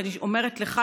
ואני אומרת לך,